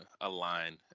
align